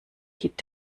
hit